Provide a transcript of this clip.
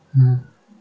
mm